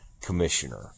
commissioner